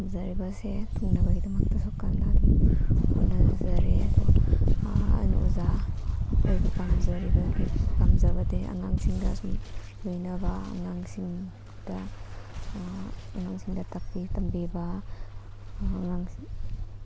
ꯄꯥꯝꯖꯔꯤꯕ ꯁꯦ ꯊꯨꯡꯅꯕꯒꯤꯗꯃꯛꯇꯁꯨ ꯀꯟꯅ ꯍꯣꯠꯅꯖꯔꯤ ꯑꯗꯣ ꯑꯩꯅ ꯑꯣꯖꯥ ꯑꯣꯏꯕ ꯄꯥꯝꯖꯔꯤꯕꯒꯤ ꯄꯥꯝꯖꯕꯗꯤ ꯑꯉꯥꯡꯁꯤꯡꯒ ꯁꯨꯝ ꯂꯣꯏꯅꯕ ꯑꯉꯥꯡꯁꯤꯡꯗ ꯑꯉꯥꯡꯁꯤꯡꯗ ꯇꯥꯛꯄꯤ ꯇꯝꯕꯤꯕ ꯑꯉꯥꯡꯁꯤꯡ